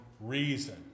reason